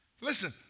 listen